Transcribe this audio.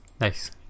Nice